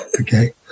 Okay